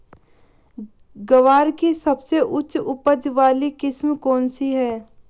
ग्वार की सबसे उच्च उपज वाली किस्म कौनसी है?